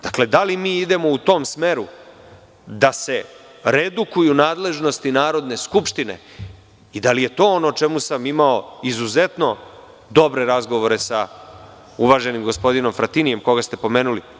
Dakle, da li mi idemo u tom smeru da se redukuju nadležnosti Narodne skupštine i da li je to ono o čemu sam imao izuzetno dobre razgovore sa uvaženim gospodinom Fratinijem, koga ste pomenuli?